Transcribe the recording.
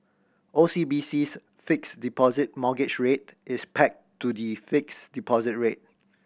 O C B C's Fixed Deposit Mortgage Rate is pegged to the fixed deposit rate